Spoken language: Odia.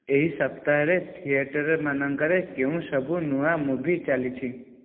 ଏହି ସପ୍ତାହରେ ଥିଏଟର୍ ମାନଙ୍କରେ କେଉଁସବୁ ନୂଆ ମୁଭି ଚାଲିଛି